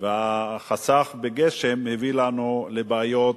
והחסך בגשם הביאו לנו לבעיות